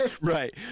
Right